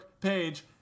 page